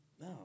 No